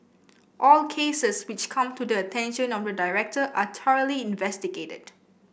all cases which come to the attention of the director are thoroughly investigated